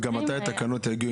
ותגידי מתי יגיעו התקנות.